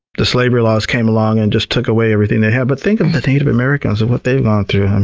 the slavery laws came along and just took away everything they had. but think of the native americans and what they've gone through.